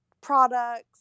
products